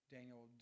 Daniel